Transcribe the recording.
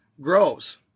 grows